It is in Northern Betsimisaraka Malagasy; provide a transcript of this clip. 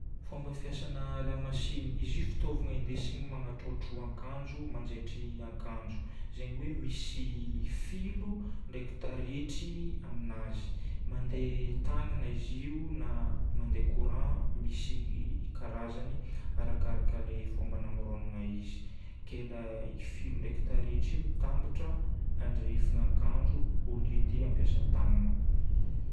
Fomba fiasana lamasinina. Izy io fitaovagna indesigna manatrôtro akanjo, manjaitry akanjo. Zegny hoe misy filo ndraiky taretry aminazy. Mandeha tagnana izy io na mandeha courant, misy karazagny arakaraka le fomba namoronana izy. Ke la filo ndraiky taretry io mitambatra anjaifina akanjo au lieu dia hoe hampiasa tagnana.